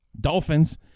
dolphins